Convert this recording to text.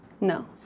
No